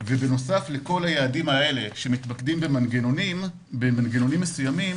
בנוסף לכל היעדים האלה שמתמקדים במנגנונים מסוימים,